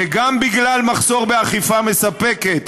זה גם בגלל מחסור באכיפה מספקת,